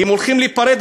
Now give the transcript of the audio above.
אם הולכים להיפרד,